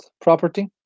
property